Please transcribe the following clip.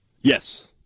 Yes